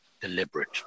deliberate